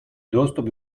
доступ